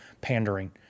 pandering